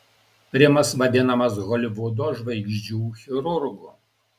rimas vadinamas holivudo žvaigždžių chirurgu